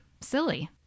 silly